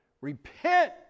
Repent